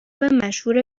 مشهور